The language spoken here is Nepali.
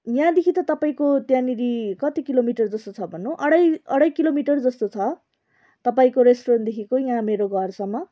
यहाँदेखि त तपाईँको त्यहाँनिर कति किलोमिटर जस्तो छ भन्नु अढाई अढाई किलोमिटर जस्तो छ तपाईँको रेस्टुरेन्टदेखिको यहाँ मेरो घरसम्म